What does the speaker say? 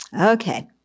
okay